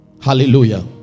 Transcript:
hallelujah